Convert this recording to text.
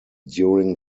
during